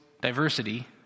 diversity